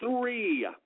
three